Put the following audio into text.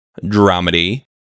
dramedy